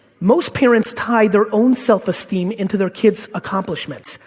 most parents tie their own self-esteem into their kids' accomplishments.